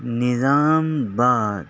نظام آباد